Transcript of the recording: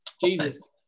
Jesus